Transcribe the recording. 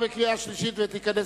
בעד, 67, נגד, 4, ואין נמנעים.